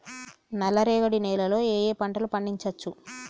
నల్లరేగడి నేల లో ఏ ఏ పంట లు పండించచ్చు?